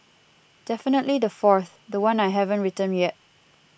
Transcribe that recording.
definitely the fourth the one I haven't written yet